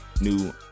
new